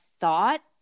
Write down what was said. thought